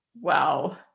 wow